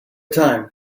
time